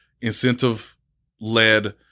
incentive-led